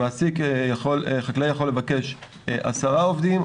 חקלאי יכול לבקש 10 עובדים,